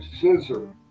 scissor